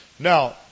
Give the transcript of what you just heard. Now